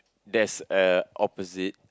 there's a opposite